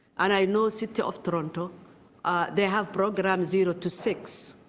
and i know city of toronto they have programs zero to six.